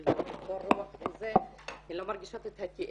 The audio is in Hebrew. כי --- הן לא מרגישות את הכאב,